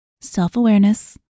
self-awareness